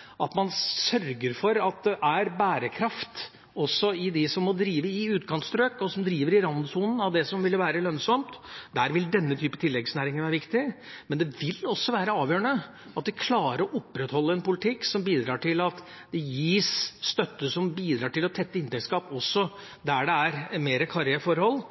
at vi skal – at man sørger for at det er bærekraft også hos dem som må drive i utkantstrøk, og som driver i randsonen av det som vil være lønnsomt. Der vil denne typen tilleggsnæringer være viktig, men det vil også være avgjørende at vi klarer å opprettholde en politikk som bidrar til at det gis støtte som bidrar til å tette inntektsgap også der det er mer karrige forhold,